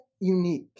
unique